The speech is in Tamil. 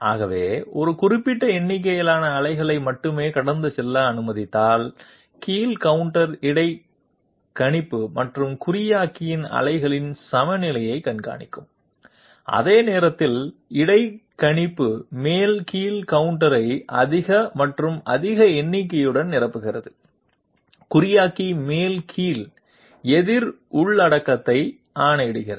ஆகவே ஒரு குறிப்பிட்ட எண்ணிக்கையிலான அலைகளை மட்டுமே கடந்து செல்ல அனுமதித்தால் கீழ் கவுண்டர் இடைக்கணிப்பு மற்றும் குறியாக்கியின் அலைகளின் சமநிலையைக் கண்காணிக்கும் அதே நேரத்தில் இடைக்கணிப்பு மேல் கீழ் கவுண்டரை அதிக மற்றும் அதிக எண்ணிக்கையுடன் நிரப்புகிறது குறியாக்கி மேல் கீழ் எதிர் உள்ளடக்கத்தை ஆணையிடுகிறது